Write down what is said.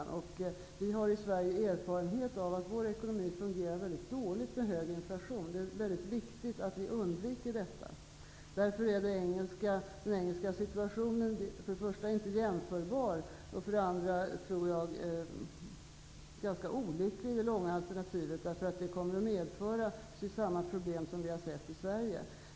I Sverige har vi erfarenhet av att vår ekonomi fungerar mycket dåligt med hög inflation, och att det är viktigt att undvika hög inflation. Därför är situationen i England för det första inte jämförbar, för det andra i det långa perspektivet ganska olycklig, eftersom den kommer att medföra samma problem som vi har sett här i Sverige.